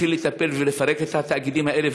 ונתחיל לטפל ולפרק את התאגידים האלה,